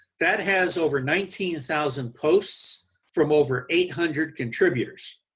that has over nineteen thousand posts from over eight hundred contributors.